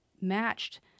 matched